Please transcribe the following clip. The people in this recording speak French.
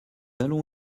allons